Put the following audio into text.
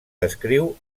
descriu